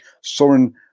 Soren